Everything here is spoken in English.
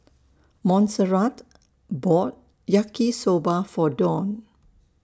Monserrat bought Yaki Soba For Dawne